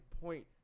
point